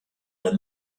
der